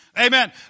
Amen